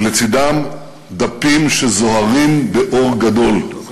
ולצדם דפים שזוהרים באור גדול.